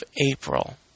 April